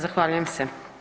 Zahvaljujem se.